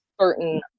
certain